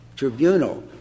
tribunal